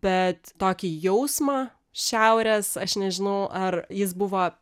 bet tokį jausmą šiaurės aš nežinau ar jis buvo